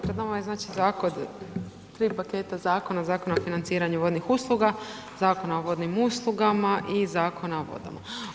Pred nama je znači zakon, tri paketa zakona, Zakon o financiranju vodnih usluga, Zakon o vodnim uslugama i Zakona o vodama.